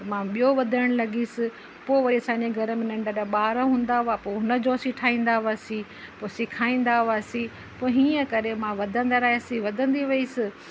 त मां ॿियो वधण लॻियसि पोइ वरी असांजे घर में नंढड़ा ॿार हूंदा हुआ पोइ हुनजो असीं ठाहींदा हुआसीं पोइ सेखारींदा हुआसीं पोइ हीअं करे मां वधंदा रहियासीं वधंदी वईसि